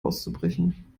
auszubrechen